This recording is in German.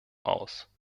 aus